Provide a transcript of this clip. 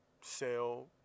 sell